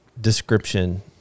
description